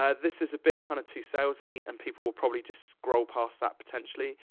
ah this is a bit kinda too salesy, and people will probably just scroll past that, potentially.